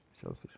selfish